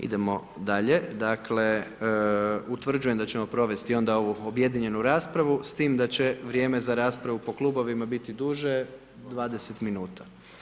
Idemo dalje, dakle, utvrđujem da ćemo provesti onda ovu objedinjenu raspravu s tim da će vrijeme za raspravu po klubovima biti duže 20 minuta.